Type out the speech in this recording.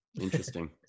Interesting